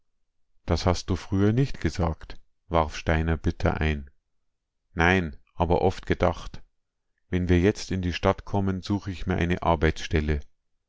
das hast du früher nicht gesagt warf steiner bitter ein nein aber oft gedacht wenn wir jetzt in die stadt kommen suche ich mir eine arbeitsstelle